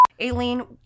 Aileen